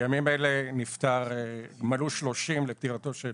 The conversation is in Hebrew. בימים אלה מלאו 30 לפטירתו של